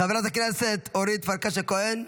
חברת הכנסת אורית פרקש הכהן,